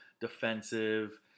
defensive